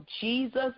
Jesus